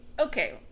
okay